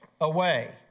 away